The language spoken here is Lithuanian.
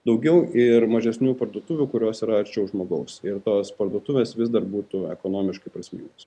daugiau ir mažesnių parduotuvių kurios yra arčiau žmogaus ir tos parduotuvės vis dar būtų ekonomiškai prasmingos